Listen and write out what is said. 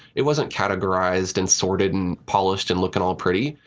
it wasn't categorized and sorted and polished and looking all pretty.